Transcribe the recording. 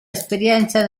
esperienza